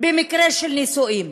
במקרה של נישואים.